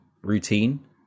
routine